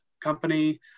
company